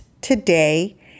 today